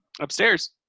Upstairs